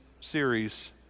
series